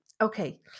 Okay